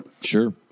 Sure